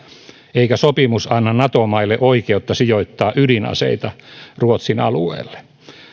eikä sopimus anna nato maille oikeutta sijoittaa ydinaseita ruotsin alueelle